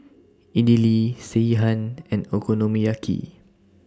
Idili Sekihan and Okonomiyaki